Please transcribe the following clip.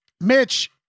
Mitch